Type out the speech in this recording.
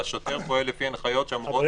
והשוטר פועל לפי הנחיות שאמורות --- אבל